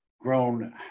grown